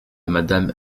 madame